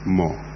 more